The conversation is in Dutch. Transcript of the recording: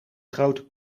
grote